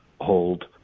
hold